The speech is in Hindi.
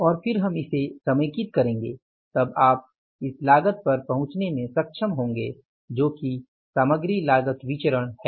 और फिर हम इसे समेकित करेंगे तब आप इस लागत पर पहुंचने में सक्षम होंगे जो कि सामग्री लागत विचरण है